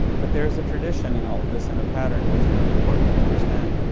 but there's a tradition in all of this and a pattern that's really important to understand.